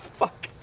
fuck.